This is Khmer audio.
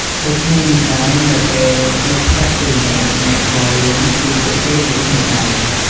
ដូចគ្នានេះដែរ នៅពេលមិត្តភក្តិជួយអ្នក អ្នកក៏រៀនពីពួកគេដូចគ្នាដែរ។